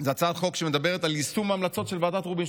הצעת חוק שמדברת על יישום ההמלצות של ועדת רובינשטיין,